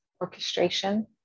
orchestration